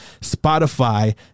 Spotify